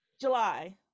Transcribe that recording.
July